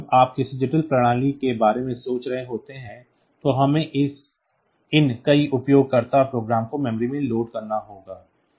जैसे जब आप किसी जटिल प्रणाली के बारे में सोच रहे होते हैं तो हमें इन कई उपयोगकर्ता प्रोग्रामों को मेमोरी में लोड करना होगा